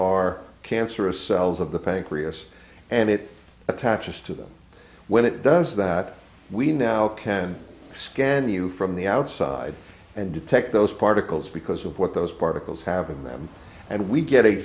are cancerous cells of the pancreas and it attaches to them when it does that we now can scan you from the outside and detect those particles because of what those particles have in them and we get a